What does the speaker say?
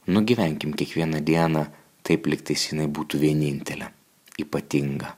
nugyvenkim kiekvieną dieną taip lygtais jinai būtų vienintelė ypatinga